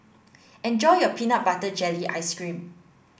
enjoy your peanut butter jelly ice cream